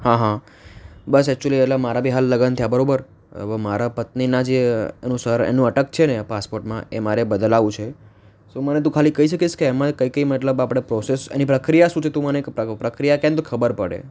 હા હા બસ એકચુલી એટલે મારા બી હાલ લગ્ન થયાં બરાબર હવે મારા પત્નીના જે એનું સર એનું અટક છે ને પાસપોર્ટમાં એ મારે બદલાવવું છે સો મને તું ખાલી કહી શકીશ કે એમાંય કઈ કઈ મતલબ આપડે પ્રોસેસ એની પ્રક્રિયા શું છે તું મને એક પ્રક પ્રક્રિયા કહેને તો મને ખબર પડે